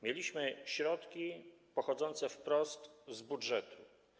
Mieliśmy środki pochodzące wprost z budżetu.